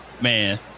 Man